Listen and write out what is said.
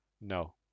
No